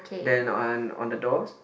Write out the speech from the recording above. then on on the doors